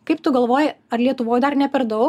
kaip tu galvoji ar lietuvoj dar ne per daug